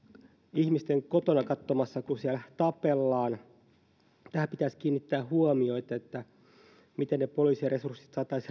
ihmisten kodeissa katsomassa kun siellä tapellaan tähän pitäisi kiinnittää huomiota miten ne poliisien resurssit saataisiin